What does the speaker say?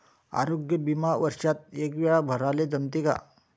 आरोग्य बिमा वर्षात एकवेळा भराले जमते का?